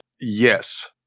Yes